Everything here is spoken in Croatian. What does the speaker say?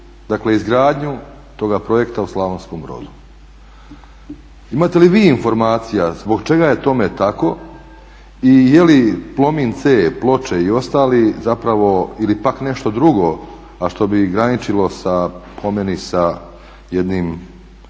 dakle izgradnju toga projekta u Slavonskom Brodu. Imate li vi informacija zbog čega je tome tako i je li Plomin C, Ploče i ostali zapravo ili pak nešto drugo a što bi graničilo sa po meni sa jednom